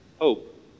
hope